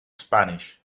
spanish